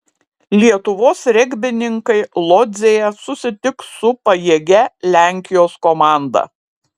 lietuvos regbininkai lodzėje susitiks su pajėgia lenkijos komanda